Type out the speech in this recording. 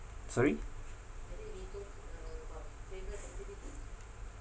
sorry